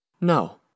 No